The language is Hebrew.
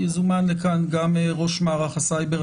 יזומן לכאן גם ראש מערך הסייבר.